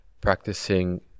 practicing